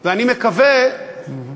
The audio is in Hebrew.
ואני מקווה,